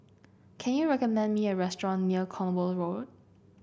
can you recommend me a restaurant near Cornwall Road